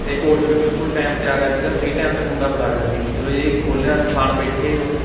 ਅਤੇ ਔਡਰ ਵੀ ਬਿਲਕੁਲ ਟਾਈਮ 'ਤੇ ਆ ਗਿਆ ਸੀਗਾ ਸਹੀ ਟਾਈਮ 'ਤੇ ਮੁੰਡਾ ਫੜਾ ਗਿਆ ਸੀ ਚਲੋ ਜੀ ਅਸੀਂ ਖੋਲਿਆ ਖਾਣ ਬੈਠੇ ਉਦੋਂ